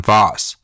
Voss